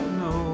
no